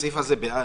הסעיף הזה ב-9(א),